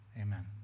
amen